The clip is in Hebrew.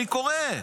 אני קורא.